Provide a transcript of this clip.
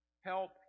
help